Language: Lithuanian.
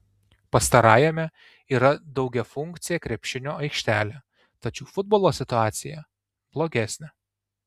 pastarajame yra daugiafunkcė krepšinio aikštelė tačiau futbolo situacija blogesnė